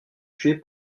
tués